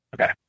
Okay